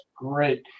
great